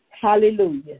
hallelujah